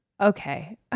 Okay